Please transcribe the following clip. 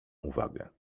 uwagę